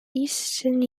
eastern